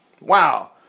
wow